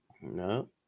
no